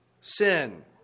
sin